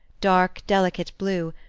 dark, delicate blue,